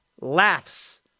laughs